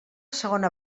segona